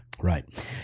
Right